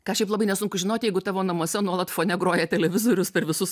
ką šiaip labai nesunku žinoti jeigu tavo namuose nuolat fone groja televizorius per visus